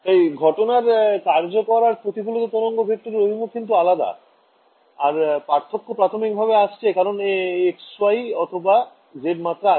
তাই ঘটনার কার্যকর আর প্রতিফলিত তরঙ্গ ভেক্টরের অভিমুখ কিন্তু আলাদা আর এই পার্থক্য প্রাথমিক ভাবে আসছে কারণ x y অথবা zমাত্রা আছে